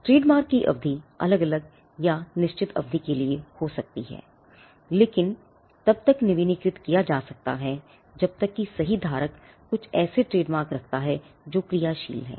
trademark की अवधि अलग अलग या एक निश्चित अवधि के लिए हो सकती है लेकिन तब तक नवीनीकृत किया जा सकता है जब तक कि सही धारक कुछ ऐसे ट्रेडमार्क रखता है जो क्रियाशील हैं